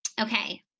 Okay